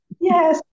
Yes